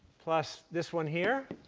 plus this one here.